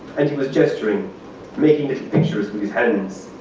and he was gesturing making these pictures with his hands.